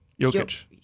Jokic